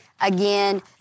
again